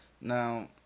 Now